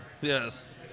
Yes